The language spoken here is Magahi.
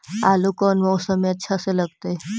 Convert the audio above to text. आलू कौन मौसम में अच्छा से लगतैई?